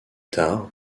tard